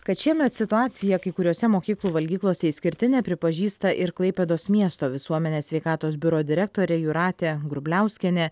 kad šiemet situacija kai kuriose mokyklų valgyklose išskirtinė pripažįsta ir klaipėdos miesto visuomenės sveikatos biuro direktorė jūratė grubliauskienė